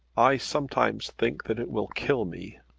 i sometimes think that it will kill me.